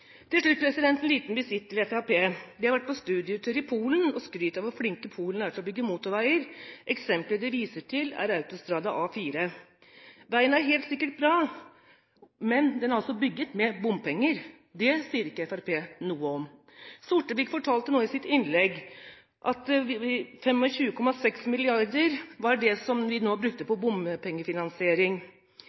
Til slutt en liten visitt til Fremskrittspartiet. De har vært på studietur til Polen og skryter av hvor flinke de er i Polen til å bygge motorveier. Eksempelet de viser til, er autostrada A4. Veien er helt sikkert bra, men den er altså bygget med bompenger. Det sier ikke Fremskrittspartiet noe om. Sortevik fortalte nå i sitt innlegg at 25,6 mrd. kr var det vi nå brukte på bompengefinansiering.